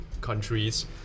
countries